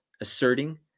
asserting